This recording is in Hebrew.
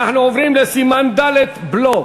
אנחנו עוברים לסימן ד': בלו.